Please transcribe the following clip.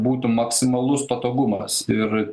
būtų maksimalus patogumas ir